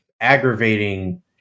aggravating